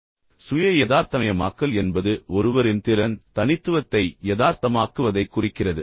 இப்போது சுய யதார்த்தமயமாக்கல் என்பது உண்மையில் ஒருவரின் திறல் தனித்துவத்தை யதார்த்தமாக்குவதைக் குறிக்கிறது